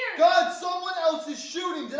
god someone else is shooting. did